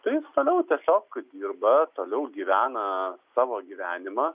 tai jis toliau tiesiog dirba toliau gyvena savo gyvenimą